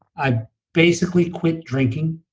i basically quit drinking.